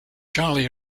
charlie